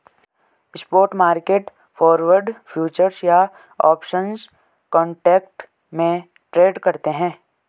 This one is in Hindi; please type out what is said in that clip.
स्पॉट मार्केट फॉरवर्ड, फ्यूचर्स या ऑप्शंस कॉन्ट्रैक्ट में ट्रेड करते हैं